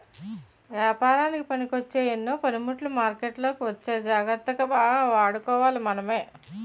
ఏపారానికి పనికొచ్చే ఎన్నో పనిముట్లు మార్కెట్లోకి వచ్చాయి జాగ్రత్తగా వాడుకోవాలి మనమే